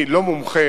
אני לא מומחה